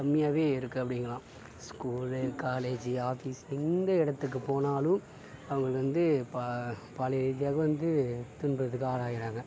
கம்மியாகவே இருக்குது அப்படிங்கலாம் ஸ்கூலு காலேஜி ஆஃபீஸு எந்த இடத்துக்கு போனாலும் அவங்க வந்து பா பழைய இதாக வந்து துன்பத்துக்கு ஆளாயிடறாங்க